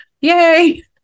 yay